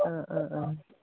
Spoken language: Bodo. अ अ अ